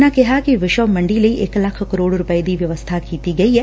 ਉਨ੍ਹਾਂ ਕਿਹਾ ਕਿ ਵਿਸ਼ਵ ਮੰਡੀ ਲਈ ਇਕ ਲੱਖ ਕਰੋੜ ਰੁਪੈ ਦੀ ਵਿਵਸਬਾ ਕੀਡੀ ਗਈ ਐ